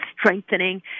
strengthening